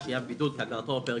תסביר את